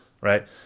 right